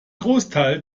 großteil